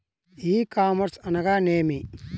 ఈ కామర్స్ అనగానేమి?